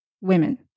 women